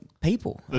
people